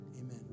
Amen